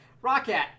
Rocket